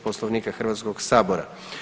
Poslovnika Hrvatskog sabora.